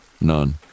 None